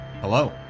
Hello